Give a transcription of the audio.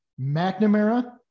McNamara